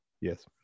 Yes